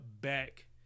back